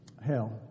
hell